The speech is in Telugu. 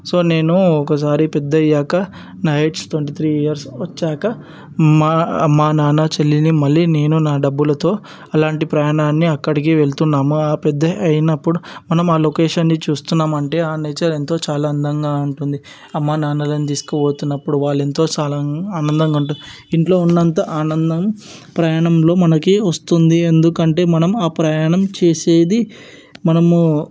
సో నేను ఒకసారి పెద్దయ్యాక నా ఏజ్ ట్వంటీ త్రి ఇయర్స్ వచ్చాక మా మా నాన్న చెల్లిని మళ్ళీ నేను నా డబ్బులతో అలాంటి ప్రయాణాన్ని అక్కడికి వెళుతున్నాము ఆ పెద్ద అయినప్పుడు మనం ఆ లొకేషన్ని చూస్తున్నాము అంటే ఆ నేచర్ ఎంతో చాలా అందంగా ఉంటుంది అమ్మ నాన్నలను తీసుకుపోతున్నప్పుడు వాళ్ళెంతో చాలా ఆనందంగా ఉంటుంది ఇంట్లో ఉన్నంత ఆనందం ప్రయాణంలో మనకి వస్తుంది ఎందుకంటే మనం ఆ ప్రయాణం చేసేది మనము